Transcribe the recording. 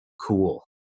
cool